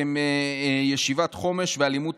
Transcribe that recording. הם ישיבת חומש ו'אלימות